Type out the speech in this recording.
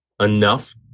enough